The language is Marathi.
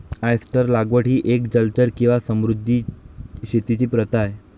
ऑयस्टर लागवड ही एक जलचर किंवा समुद्री शेतीची प्रथा आहे